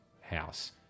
house